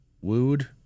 wooed